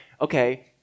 okay